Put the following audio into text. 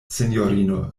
sinjorino